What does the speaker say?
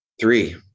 Three